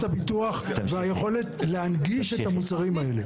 הביטוח והיכולת להנגיש את המוצרים האלה.